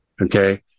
Okay